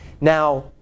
Now